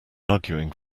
arguing